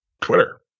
Twitter